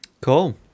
Cool